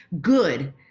good